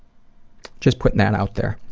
just putting that out there.